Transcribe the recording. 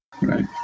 right